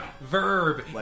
Verb